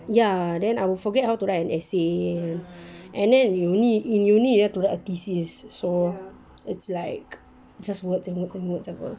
ya then I'll forget how to write an essay and then uni in uni you need to write a thesis so it's like just words and words and words apa